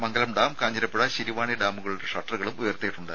മംഗലം dam Kanjirappuzha Siruvani ഡാമുകളുടെ ഷട്ടറുകളും ഉയർത്തിയിട്ടുണ്ട്